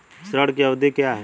ऋण की अवधि क्या है?